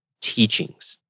teachings